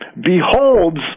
beholds